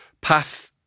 path